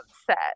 upset